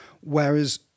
Whereas